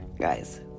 guys